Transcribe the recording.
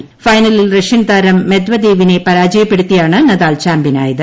് ഫൈനലിൽ റഷ്യൻ താരം മെദ്വദേവിനെ പരാജയ്ക്കപ്പടുത്തിയാണ് നദാൽ ചാമ്പ്യനായത്